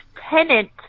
tenant